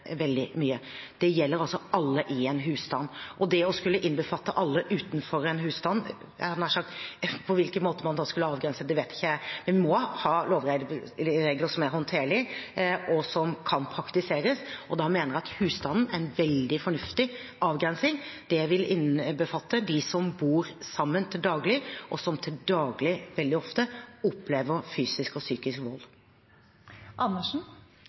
alle i en husstand, og det å skulle innbefatte alle utenfor en husstand – hvilken måte man da skulle avgrenset det på, vet ikke jeg. Vi må ha lovregler som er håndterlige, og som kan praktiseres. Da mener jeg at husstanden er en veldig fornuftig avgrensing. Det vil innbefatte dem som bor sammen til daglig, og dem som til daglig eller veldig ofte opplever fysisk og psykisk